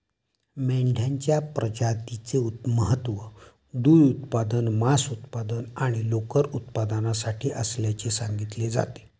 मेंढ्यांच्या प्रजातीचे महत्त्व दूध उत्पादन, मांस उत्पादन आणि लोकर उत्पादनासाठी असल्याचे सांगितले जाते